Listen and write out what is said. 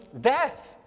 death